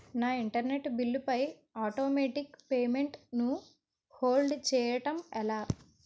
నా internet bill పై automatic payment ను హోల్డ్ చేయటం ఎలా?